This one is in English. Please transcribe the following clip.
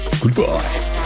Goodbye